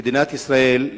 מדינת ישראל,